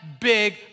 big